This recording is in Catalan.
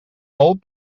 molt